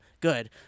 good